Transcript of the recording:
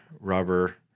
rubber